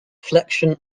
flexion